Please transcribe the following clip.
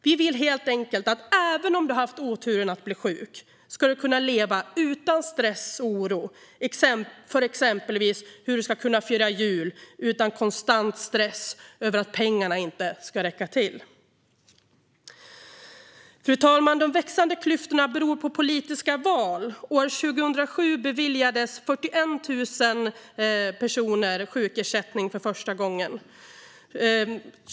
Även om man har haft oturen att bli sjuk ska man kunna få leva utan stress och oro. Man ska exempelvis kunna fira jul utan konstant stress över att pengarna inte ska räcka till. Fru talman! De växande klyftorna beror på politiska val. År 2007 beviljades 41 000 personer sjukersättning för första gången.